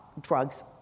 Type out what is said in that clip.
Drugs